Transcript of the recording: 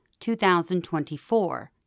2024